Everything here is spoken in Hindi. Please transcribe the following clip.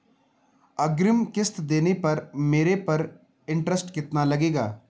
अग्रिम किश्त देने पर मेरे पर इंट्रेस्ट कितना लगेगा?